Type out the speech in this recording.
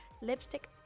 Lipstick